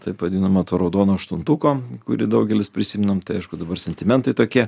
taip vadinamo to raudono aštuntuko kurį daugelis prisimenam tai aišku dabar sentimentai tokie